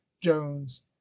jones